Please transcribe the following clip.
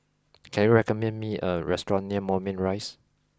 can you recommend me a restaurant near Moulmein Rise